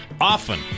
often